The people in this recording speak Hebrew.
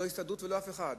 לא ההסתדרות ולא אף אחד.